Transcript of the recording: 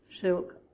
silk